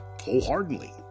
wholeheartedly